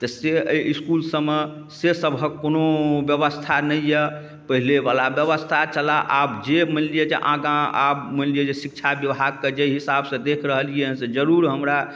तऽ से एहि इसकुलसबमे से सबहक कोनो बेबस्था नहि अइ पहिलेवला बेबस्था छलै आब जे मानि लिअऽ जे आगाँ आब मानि लिअऽ जे शिक्षा विभागके जाहि हिसाबसँ देखि रहलिए हँ से जरूर हमरा